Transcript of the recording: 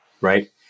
right